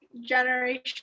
generation